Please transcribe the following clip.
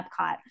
Epcot